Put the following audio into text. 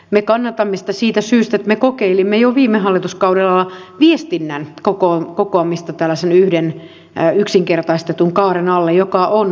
me kannatamme sitä siitä syystä että me kokeilimme jo viime hallituskaudella viestinnän kokoamista tällaisen yhden yksinkertaistetun kaaren alle mikä on hyödyllistä